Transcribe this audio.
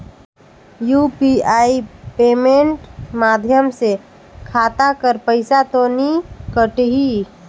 UPI payment माध्यम से खाता कर पइसा तो नी कटही?